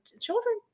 children